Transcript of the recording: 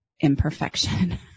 imperfection